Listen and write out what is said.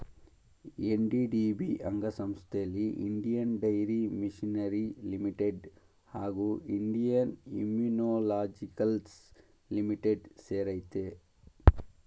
NDDB ಅಂಗಸಂಸ್ಥೆಲಿ Indian dairy machinery limited ಹಾಗೂ Indian immunologicals limited ಸೇರಯ್ತೆ